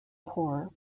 poor